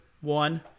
one